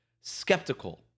skeptical